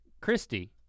Christy